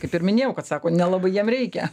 kaip ir minėjau kad sako nelabai jiem reikia